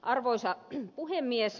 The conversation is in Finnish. arvoisa puhemies